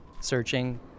searching